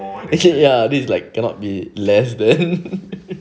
ya then it's like cannot be less than